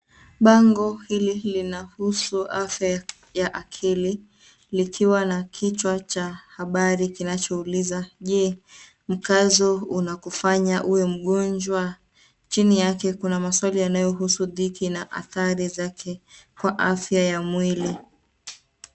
Bango hili linahusu afya ya akili likiwa la kichwa cha habari kinachouliza Je mkazo unakufanya uwe mgonjwa? Jini yake kuna maswali yanayohusu dhiki na hathari zake kwa afya ya mwili.